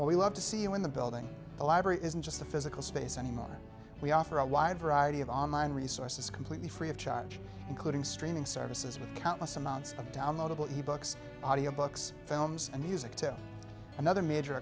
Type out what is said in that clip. we love to see you in the building a library isn't just a physical space anymore we offer a wide variety of online resources completely free of charge including streaming services with countless amounts of downloadable ebooks audio books films and music to another major